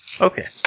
Okay